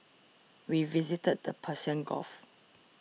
we visited the Persian Gulf